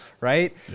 right